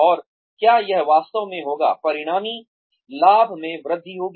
और क्या यह वास्तव में होगा परिणामी लाभ में वृद्धि होगी